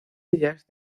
ellas